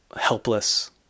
helpless